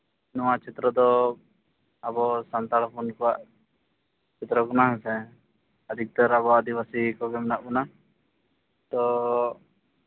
ᱱᱚᱣᱟ ᱪᱤᱛᱨᱚ ᱫᱚ ᱟᱵᱚ ᱥᱟᱱᱛᱟᱲ ᱦᱚᱯᱚᱱ ᱠᱚᱣᱟᱜ ᱥᱤᱛᱨᱚ ᱠᱟᱱᱟ ᱦᱮᱸᱥᱮ ᱟᱹᱰᱤ ᱩᱛᱟᱹᱨ ᱟᱵᱚ ᱟᱹᱫᱤᱵᱟᱹᱥᱤ ᱠᱚᱜᱮ ᱢᱮᱱᱟᱜ ᱵᱚᱱᱟ ᱛᱳ